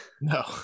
no